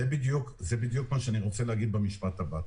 זה בדיוק מה שאני רוצה להגיד במשפט הבא.